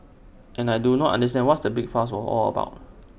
and I do not understand what's the big fuss was all about